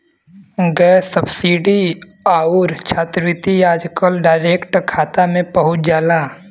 gas subsidy आउर छात्रवृत्ति आजकल डायरेक्ट खाता में पहुंच जाला